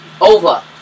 over